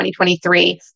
2023